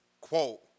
quote